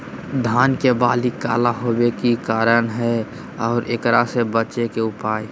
धान के बाली काला होवे के की कारण है और एकरा से बचे के उपाय?